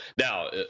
Now